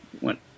went